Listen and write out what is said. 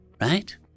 right